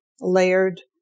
layered